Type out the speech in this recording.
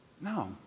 No